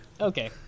okay